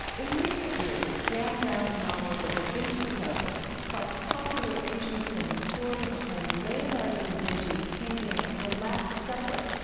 in recent years, dan brown's novel the da vinci code sparked popular interest in the story behind leonardo da vinci's painting the last supper,